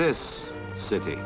this city